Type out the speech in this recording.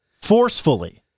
Forcefully